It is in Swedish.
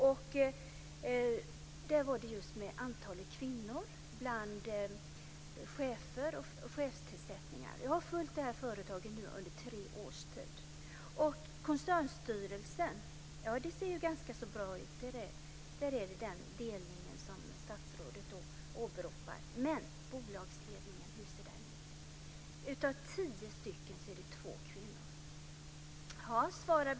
Det handlade om just antalet kvinnor bland chefer och vid chefstillsättningar. Jag har nu följt det här företaget under tre års tid. I koncernstyrelsen ser det ganska bra ut; där är det den andel som statsrådet åberopar. Men hur ser bolagsledningen ut? Jo, av tio stycken är två kvinnor.